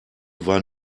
war